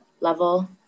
level